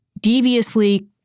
deviously